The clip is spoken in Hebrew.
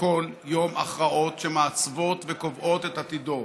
כל יום הכרעות שמעצבות וקובעות את עתידו.